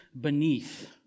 beneath